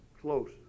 Close